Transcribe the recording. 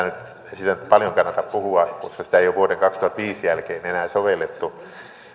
nyt paljon kannata puhua koska sitä ei ole vuoden kaksituhattaviisi jälkeen enää sovellettu